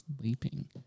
sleeping